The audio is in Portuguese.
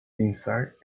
pensar